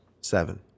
Seven